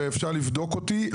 ואפשר לבדוק אותי,